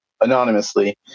anonymously